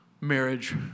marriage